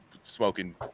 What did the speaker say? smoking